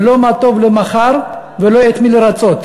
ולא מה טוב למחר ולא את מי לרצות.